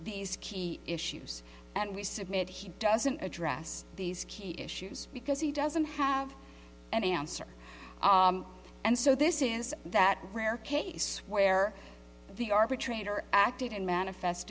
these key issues and we submit he doesn't address these key issues because he doesn't have an answer and so this is that rare case where the arbitrator acted in manifest